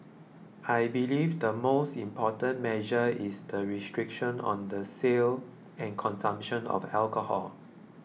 I believe the most important measure is the restriction on the sale and consumption of alcohol